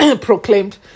proclaimed